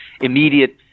immediate